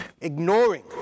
ignoring